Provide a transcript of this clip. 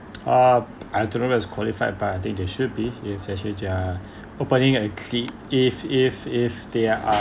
uh I don't know what is qualified but I think they should be if actually they're opening a cli~ if if if they are